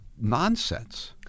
nonsense